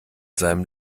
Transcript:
seinem